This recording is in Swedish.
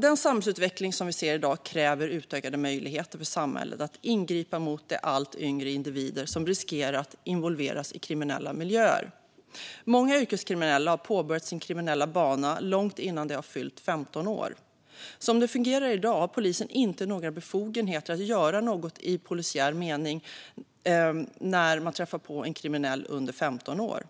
Den samhällsutveckling som vi ser i dag kräver utökade möjligheter för samhället att ingripa mot de allt yngre individer som riskerar att involveras i kriminella miljöer. Många yrkeskriminella har påbörjat sin kriminella bana långt innan de har fyllt 15 år. Som det fungerar i dag har polisen inte några befogenheter att göra något i polisiär mening när man träffar på kriminella som är under 15 år.